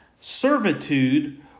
Servitude